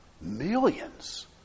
millions